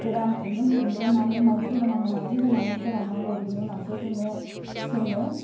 गोरान खुन्दुं खुंग्रोनानै माइदि होनांगौ माइदि होनानै फोराननांगौ बेनि उनावसो जोङो सोङो